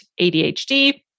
ADHD